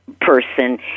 person